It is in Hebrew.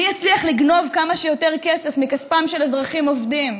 מי יצליח לגנוב כמה שיותר כסף מכספם של אזרחים עובדים?